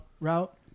route